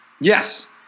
Yes